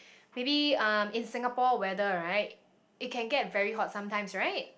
maybe um in Singapore weather right it can get very hot sometimes right